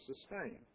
sustained